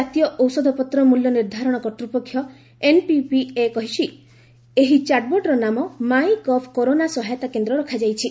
ଜାତୀୟ ଔଷଧପତ୍ର ମୂଲ୍ୟ ନିର୍ଦ୍ଧାରଣ କର୍ତ୍ତପକ୍ଷ ଏନ୍ପିପିଏ କହିଛି ଏହି ଚାଟ୍ବୋଟ୍ର ନାମ ମାଇ ଗଭ୍ କରୋନା ସହାୟତା କେନ୍ଦ୍ର ରଖାଯାଇଛି